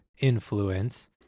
influence